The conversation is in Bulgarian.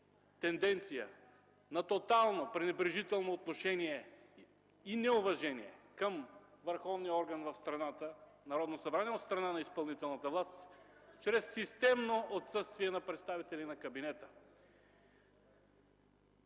тенденция – на тотално, пренебрежително отношение и неуважение към върховния орган в страната Народното събрание от страна на изпълнителната власт чрез системно отсъствие на представители на кабинета.